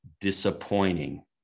disappointing